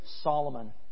Solomon